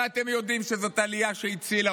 הרי אתם יודעים שזאת עלייה שהצילה